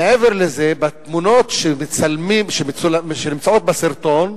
מעבר לזה, בתמונות שנמצאות בסרטון,